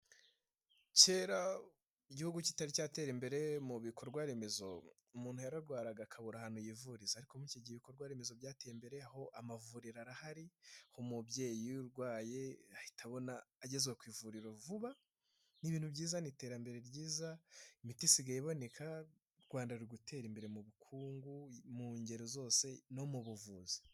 Kera igihugu kitari cyatera imbere mu bikorwa remezo, umuntu yararwaraga akabura ahantu yivuriza, ariko muri iki gihe ibikorwaremezo byateye imbere aho amavuriro arahari ku mubyeyi urwaye ahita abona agezwa ku ivuriro vuba, n' ibintu byiza n'iterambere ryiza imiti isigaye iboneka u Uwanda ruri gutera imbere mu bukungu mu ngeri zose no mu buvuzi.